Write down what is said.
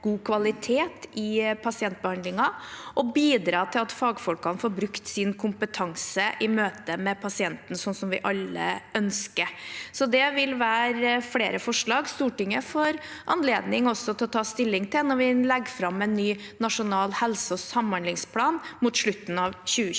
god kvalitet i pasientbehandlingen og bidra til at fagfolkene får brukt sin kompetanse i møte med pasienten, slik vi alle ønsker. Så det vil være flere forslag Stortinget får anledning til å ta stilling til, når vi legger fram en ny nasjonal helseog samhandlingsplan mot slutten av 2023.